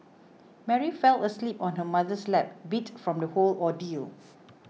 Mary fell asleep on her mother's lap beat from the whole ordeal